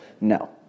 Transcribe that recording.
No